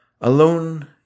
Alone